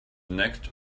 next